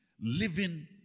living